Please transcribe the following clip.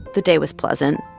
the day was pleasant.